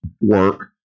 work